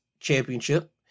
Championship